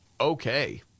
okay